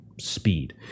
speed